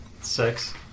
six